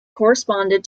corresponded